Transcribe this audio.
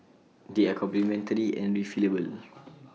they are complementary and refillable